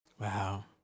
Wow